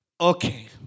okay